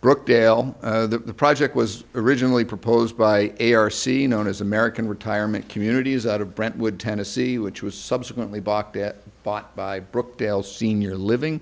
brook dale the project was originally proposed by air or sea known as american retirement communities out of brentwood tennessee which was subsequently bach that bought by brooke dale senior living